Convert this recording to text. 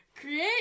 Create